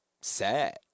sad